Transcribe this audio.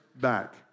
back